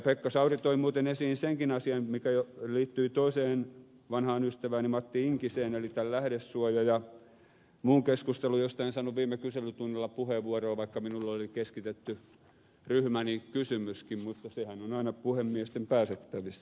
pekka sauri toi muuten esiin senkin asian mikä liittyy toiseen vanhaan ystävääni matti inkiseen eli tämän lähdesuojan ja muun keskustelun josta en saanut viime kyselytunnilla puheenvuoroa vaikka minulle oli keskitetty ryhmäni kysymyskin mutta sehän on aina puhemiesten päätettävissä